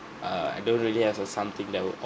err I don't really have a something that would